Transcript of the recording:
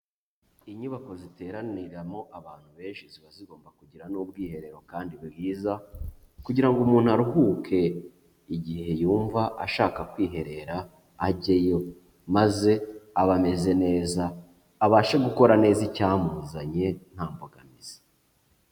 Inyubako ziteraniramo abantu benshi ziba zigomba kugira n'ubwiherero kandi bwiza kugira ngo umuntu aruhuke igihe yumva ashaka kwiherera ajyeyo, maze abe ameze neza, abashe gukora neza icyamuzanye nta mbogamizi.